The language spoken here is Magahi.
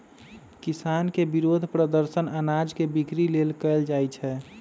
किसान के विरोध प्रदर्शन अनाज के बिक्री लेल कएल जाइ छै